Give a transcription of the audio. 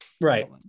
Right